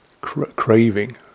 craving